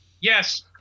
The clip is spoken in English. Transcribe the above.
Yes